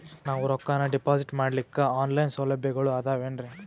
ನಾವು ರೊಕ್ಕನಾ ಡಿಪಾಜಿಟ್ ಮಾಡ್ಲಿಕ್ಕ ಆನ್ ಲೈನ್ ಸೌಲಭ್ಯಗಳು ಆದಾವೇನ್ರಿ?